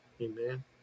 Amen